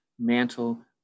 mantle